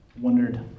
wondered